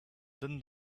din